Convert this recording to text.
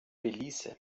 belize